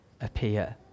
appear